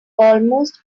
almost